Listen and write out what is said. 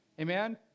Amen